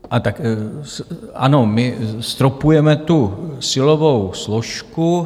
A tak ano, my stropujeme tu silovou složku.